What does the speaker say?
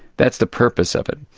that's the purpose of it.